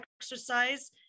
exercise